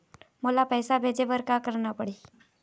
मोला पैसा भेजे बर का करना पड़ही?